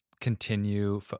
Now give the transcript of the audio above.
continue